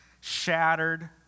shattered